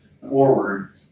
forward